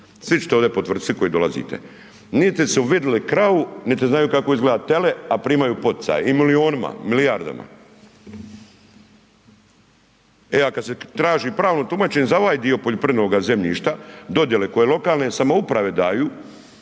svi ćete ovdje potvrdit, svi koji dolazite, niti su vidjeli kravu, niti znaju kako izgleda tele a primaju poticaje u milijunima, u milijardama. A kad se pravno tumačenje za ovaj dio poljoprivrednoga zemljišta, dodjele koje lokalne samouprave daju,